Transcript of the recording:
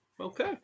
Okay